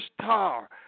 star